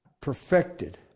perfected